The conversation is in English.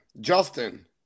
Justin